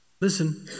Listen